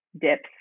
dips